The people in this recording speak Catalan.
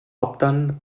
opten